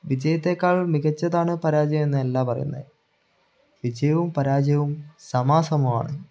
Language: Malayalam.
വിജയത്തേക്കാൾ മികച്ചതാണ് പരാജയം എന്നല്ല പറയുന്നത് വിജയവും പരാജയവും സമാസമമാണ്